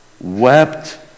wept